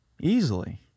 Easily